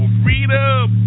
freedom